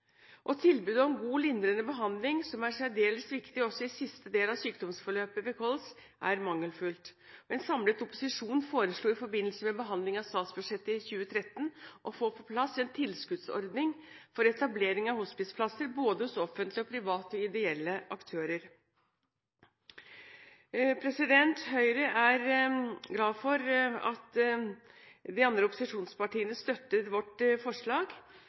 mange tilbud nå er lagt ned. I tillegg ser vi at spesialisthelsetjenesten bygger ned sine rehabiliteringstilbud før kompetansen i kommunene er bygget opp. Tilbudet om god lindrende behandling, som er særdeles viktig også i siste del av sykdomsforløpet ved kols, er mangelfullt. En samlet opposisjon foreslo i forbindelse med behandlingen av statsbudsjettet for 2013 å få på plass en tilskuddsordning for etablering av hospiceplasser hos både offentlige og private ideelle aktører. Høyre